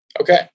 Okay